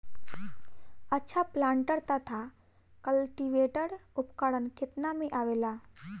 अच्छा प्लांटर तथा क्लटीवेटर उपकरण केतना में आवेला?